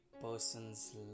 person's